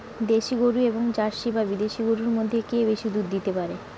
দেশী গরু এবং জার্সি বা বিদেশি গরু মধ্যে কে বেশি দুধ দিতে পারে?